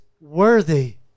worthy